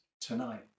tonight